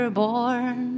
born